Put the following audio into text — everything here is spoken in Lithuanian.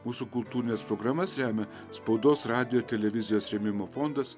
mūsų kultūrines programas remia spaudos radijo televizijos rėmimo fondas